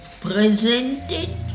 Presented